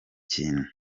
kintu